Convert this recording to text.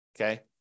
Okay